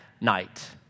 night